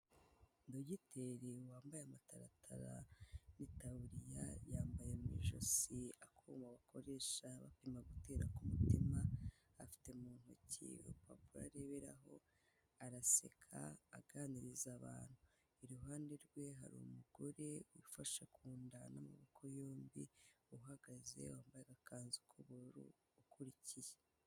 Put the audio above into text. Dogiteri wambaye amataratara n'itaburiya, yambaye mu ijosi akuma bakoresha bapima gutera k'umutima, afite mu ntoki uruparo areberaho, araseka aganiriza abantu, iruhande rwe hari umugore ufashe ku nda n'amaboko yombi, uhagaze wambaye agakanzu k'ubururu ukurikiye.